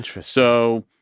So-